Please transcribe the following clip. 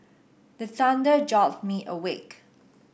the thunder jolt me awake